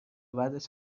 بعدش